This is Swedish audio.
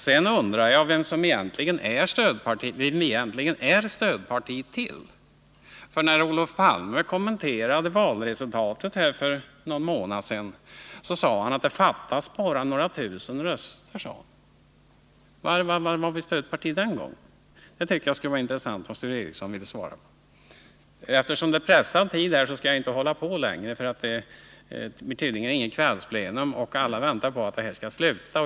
Sedan undrar jag vem vi egentligen är stödparti till, för när Olof Palme kommenterade valresultatet för någon månad sedan sade han att det fattades bara några tusen röster. Till vem var vi stödparti den gången? Det skulle vara intressant om Sture Ericson ville svara på detta. Eftersom tiden är pressad skall jag inte tala längre — det blir tydligen inget kvällsplenum, och alla väntar på att debatten skall sluta.